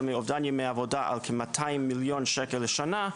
מאובדן ימי עבודה על כ-200 מיליון שקל בשנה,